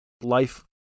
Life